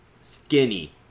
skinny